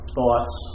Thoughts